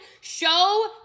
show